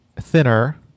Thinner